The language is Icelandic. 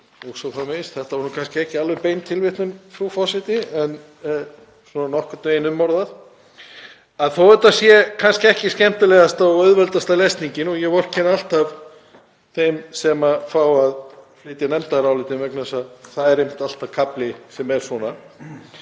þetta árið o.s.frv. — kannski ekki alveg bein tilvitnun, frú forseti, en svona nokkurn veginn umorðað. Þó að þetta sé kannski ekki skemmtilegasta og auðveldasta lesningin, og ég vorkenni alltaf þeim sem fá að flytja nefndarálitin vegna þess að þar er alltaf kafli sem er svona,